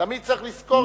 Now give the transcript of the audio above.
תמיד צריך לזכור את זה.